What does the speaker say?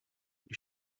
you